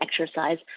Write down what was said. exercise